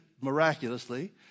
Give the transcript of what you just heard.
miraculously